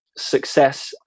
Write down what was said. success